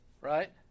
Right